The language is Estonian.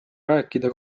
rääkida